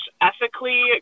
ethically